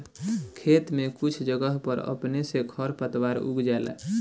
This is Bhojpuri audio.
खेत में कुछ जगह पर अपने से खर पातवार उग जाला